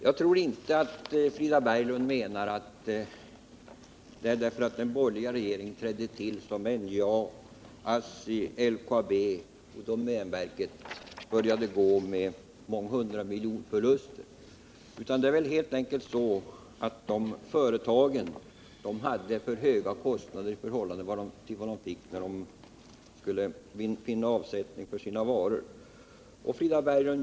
Jag tror inte att Frida Berglund menar att det var därför att de borgerliga regerade som NJA, ASSI, LKAB och domänverket började gå med förluster på månghundrade miljoner, utan det var helt enkelt så att dessa företag hade för höga kostnader i förhållande till vad de fick in när de försökte finna avsättning för sina produkter.